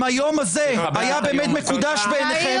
אם היום הזה היה באמת מקודש בעיניכם,